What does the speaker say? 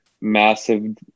massive